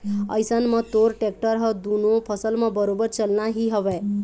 अइसन म तोर टेक्टर ह दुनों फसल म बरोबर चलना ही हवय